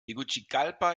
tegucigalpa